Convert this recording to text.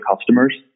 customers